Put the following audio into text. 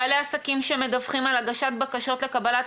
בעלי עסקים שמדווחים על הגשת בקשות לקבלת